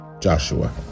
Joshua